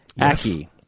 Aki